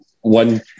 one